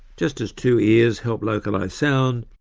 just as two ears help localise sound,